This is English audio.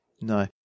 No